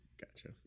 Gotcha